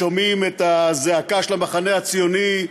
שומעים את הזעקה של המחנה הציוני,